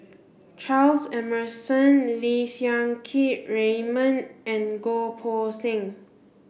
Charles Emmerson Lim Siang Keat Raymond and Goh Poh Seng